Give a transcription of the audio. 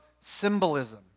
symbolism